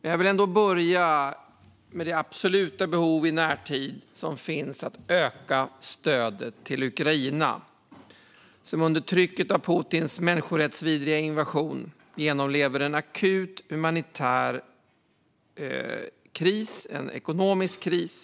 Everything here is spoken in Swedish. Jag vill ändå börja med det absoluta behovet av att i närtid öka stödet till Ukraina, som under trycket av Putins människorättsvidriga invasion genomlever en akut humanitär och ekonomisk kris.